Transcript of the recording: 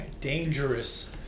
dangerous